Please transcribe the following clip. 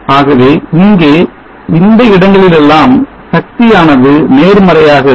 ஆகவே இங்கே இந்த இடங்களிலெல்லாம் சக்தியானது நேர்மறையாக இருக்கும்